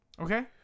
Okay